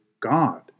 God